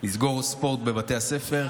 לסגור ספורט בבתי הספר,